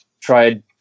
tried